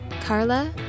Carla